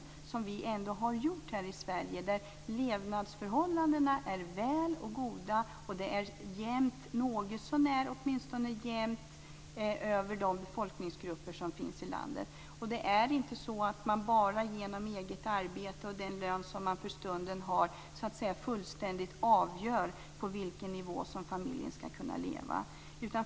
Det har vi ju ändå gjort här i Sverige, där levnadsförhållandena är väl och goda och där det är något så när jämnt fördelat över befolkningsgrupperna i landet. Det är inte bara eget arbete och den lön som man för stunden har som fullständigt avgör på vilken nivå som familjen skall kunna leva.